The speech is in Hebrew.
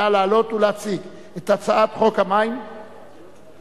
נא להעלות ולהציג את הצעת חוק המים (תיקון,